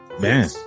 man